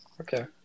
Okay